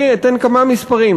אני אתן כמה מספרים.